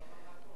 פה, פה.